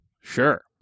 Sure